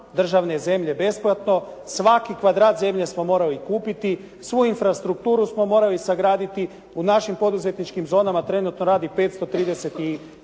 državne zemlje besplatno. Svaki kvadrat zemlje smo morali kupiti. Svu infrastrukturu smo morali sagraditi. U našim poduzetničkim zonama trenutno radi 531